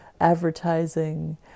advertising